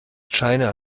china